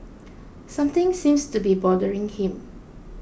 something seems to be bothering him